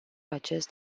acest